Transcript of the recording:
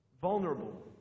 vulnerable